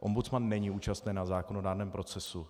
Ombudsman není účasten na zákonodárném procesu.